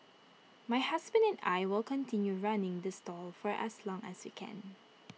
my husband and I will continue running the stall for as long as we can